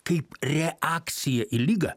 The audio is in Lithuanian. kaip reakcija į ligą